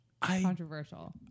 controversial